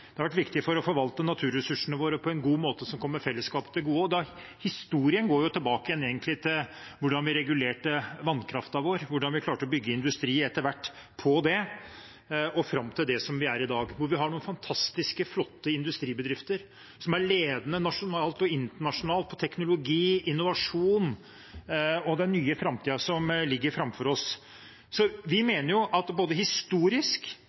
det har vært viktig for å forvalte naturressursene våre på en god måte som kommer fellesskapet til gode. Historien går egentlig tilbake til hvordan vi regulerte vannkraften vår, hvordan vi etter hvert klarte å bygge industri på den – og fram til det som vi er i dag, hvor vi har noen fantastiske, flotte industribedrifter som er ledende nasjonalt og internasjonalt på teknologi og innovasjon, og den nye framtiden ligger framfor oss. Vi mener at både historisk,